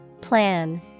Plan